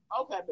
Okay